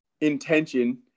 intention